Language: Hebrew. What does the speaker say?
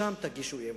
שם תגישו אי-אמון.